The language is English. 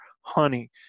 honey